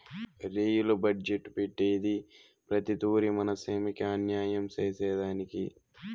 rail budget పెట్టేదే ప్రతి తూరి మన సీమకి అన్యాయం సేసెదానికి